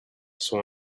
saw